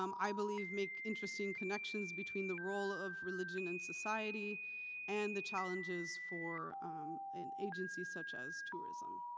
um i believe, make interesting connections between the role of religion in society and the challenges for an agency such as tourism.